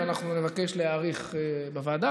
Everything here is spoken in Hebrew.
ואנחנו נבקש להאריך בוועדה,